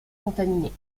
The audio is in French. contaminé